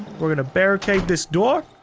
we're going to barricade this door.